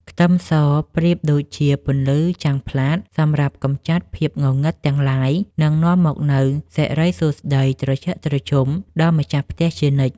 ខ្ទឹមសប្រៀបដូចជាពន្លឺចាំងផ្លាតសម្រាប់កម្ចាត់ភាពងងឹតទាំងឡាយ និង នាំមកនូវសិរីសួស្តីត្រជាក់ត្រជុំដល់ម្ចាស់ផ្ទះជានិច្ច។